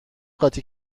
قاطی